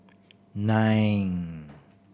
nine